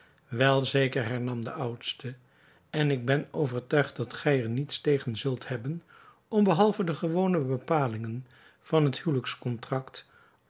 wel zeker hernam de oudste en ik ben overtuigd dat gij er niets tegen zult hebben om behalve de gewone bepalingen van het